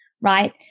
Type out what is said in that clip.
right